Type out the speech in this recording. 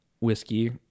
whiskey